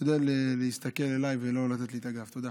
תשתדל להסתכל אליי ולא לתת לי את הגב, תודה.